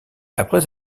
après